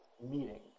meeting